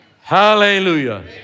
Hallelujah